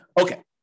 Okay